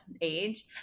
age